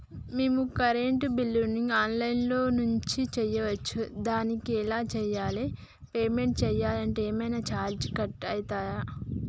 మేము కరెంటు బిల్లును online నుంచి చేయచ్చా? దానికి ఎలా చేయాలి? పేమెంట్ చేయాలంటే ఏమైనా చార్జెస్ కట్ అయితయా?